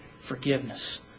forgiveness